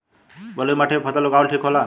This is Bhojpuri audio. बलुई माटी पर फसल उगावल ठीक होला?